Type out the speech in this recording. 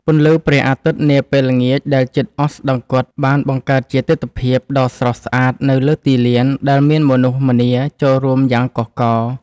ពន្លឺព្រះអាទិត្យនាពេលល្ងាចដែលជិតអស្តង្គតបានបង្កើតជាទិដ្ឋភាពដ៏ស្រស់ស្អាតនៅលើទីលានដែលមានមនុស្សម្នាចូលរួមយ៉ាងកុះករ។